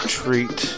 treat